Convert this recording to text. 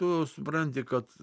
tu supranti kad